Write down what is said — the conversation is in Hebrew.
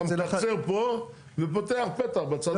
אתה מקצר פה ופותח פתח בצד השני.